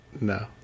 No